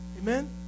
Amen